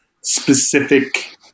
specific